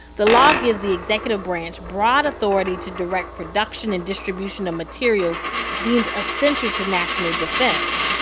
the law gives the executive branch broad authority to direct production and distribution of materials deemed essential to national defense.